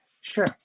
Sure